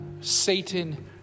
Satan